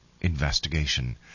investigation